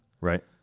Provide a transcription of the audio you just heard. right